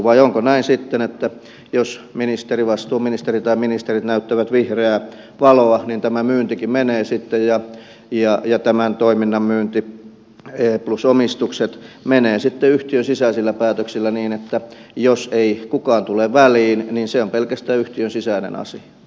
vai onko näin sitten että jos vastuuministeri tai ministerit näyttävät vihreää valoa niin tämä myyntikin menee sitten ja tämän toiminnan myynti plus omistukset menevät sitten yhtiön sisäisillä päätöksillä niin että jos ei kukaan tule väliin niin se on pelkästään yhtiön sisäinen asia